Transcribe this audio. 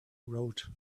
wrote